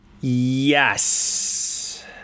yes